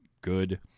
good